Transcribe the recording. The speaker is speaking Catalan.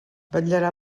vetllarà